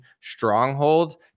stronghold